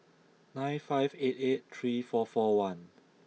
nine five eight eight three four four one